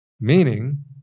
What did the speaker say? Meaning